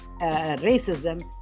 racism